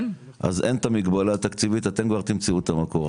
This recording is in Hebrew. אז אין את המגבלה התקציבית אתם כבר תמצאו את המקור.